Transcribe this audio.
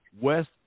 West